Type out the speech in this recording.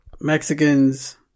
Mexicans